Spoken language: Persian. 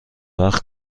وقت